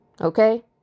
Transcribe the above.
Okay